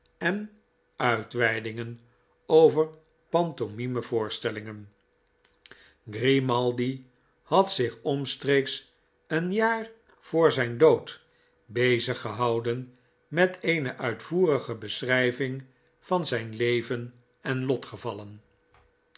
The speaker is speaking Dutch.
en uitweidingen over pantomime voorstellingen grimaldi had zich omstreeks een jaar voor zijn dood beziggehouden met eene uitvoerige beschrijving van zijn leven en lotgevallen